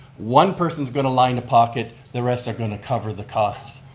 one person's going to line a pocket, the rest are going to cover the cost